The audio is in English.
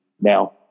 Now